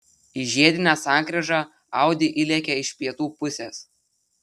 į žiedinę sankryžą audi įlėkė iš pietų pusės